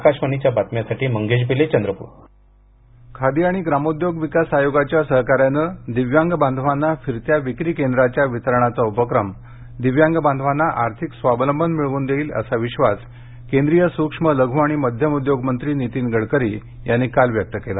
आकाशवाणी बातम्यांसाठी मंगेश बेले चंद्रपूर दिव्यांग खादी आणि ग्रामोद्योग विकास आयोगाच्या सहकार्यानं दिव्यांग बांधवांना फिरत्या विक्री केंद्राच्या वितरणाचा उपक्रम दिव्यांग बांधवांना आर्थिक स्वावलंबन मिळवून देईल असा विश्वास केंद्रीय सुक्ष्म लघ्र आणि मध्यम उद्योग मंत्री नीतीन गडकरी यांनी काल व्यक्त केला